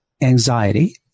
anxiety